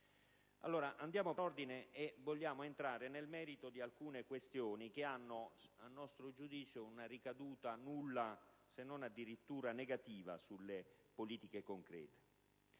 Andiamo per ordine ed entriamo nel merito di alcune questioni che, a nostro giudizio, hanno una ricaduta nulla, se non addirittura negativa, sulle politiche concrete.